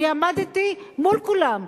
אני עמדתי מול כולם,